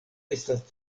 estas